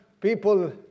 people